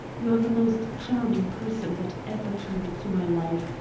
you are the most charming person that ever came into my life,